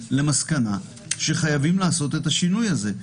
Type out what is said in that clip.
למסקנה שחייבים לעשות את השינוי הזה.